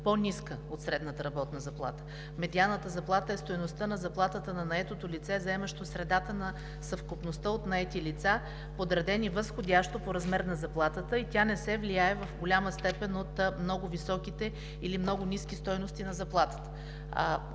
по-ниска от средната работна заплата. Медианната заплата е стойността на заплатата на наетото лице, заемаща средата на съвкупността от наети лица, подредени възходящо по размер на заплатата и тя не се влияе в голяма степен от много високите или много ниските стойности на заплатата.